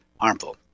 harmful